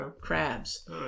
crabs